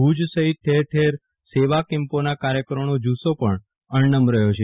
ભુજ સફીત ઠેર ઠેર સેવા કેમ્પોના કાર્યકરોનો જુસ્સો પણ અણનમ રહ્યો છે